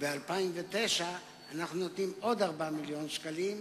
וב-2009 אנחנו נותנים עוד 4 מיליוני שקלים,